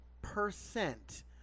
percent